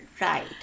right